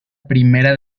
primera